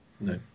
No